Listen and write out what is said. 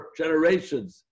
generations